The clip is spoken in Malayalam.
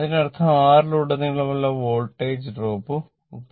അതിനർത്ഥം R യലുടനീളമുള്ള വോൾട്ടേജ് ഡ്രോപ്പ് 30